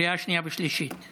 והוראת שעה),